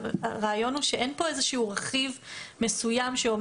הרעיון הוא שאין פה איזשהו רכיב מסוים שומר